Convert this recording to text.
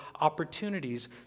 opportunities